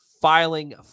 filing